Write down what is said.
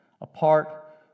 apart